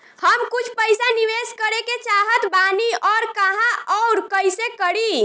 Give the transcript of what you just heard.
हम कुछ पइसा निवेश करे के चाहत बानी और कहाँअउर कइसे करी?